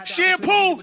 Shampoo